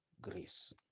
grace